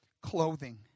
clothing